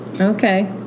Okay